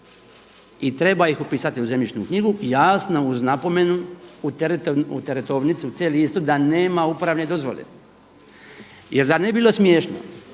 i treba ih upisati u zemljišnu knjigu, jasno uz napomenu u teretovnici, u C listu da nema uporabne dozvole. Jer zar ne bi bilo smiješno